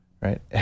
right